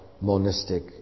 monistic